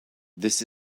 this